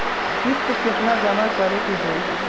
किस्त केतना जमा करे के होई?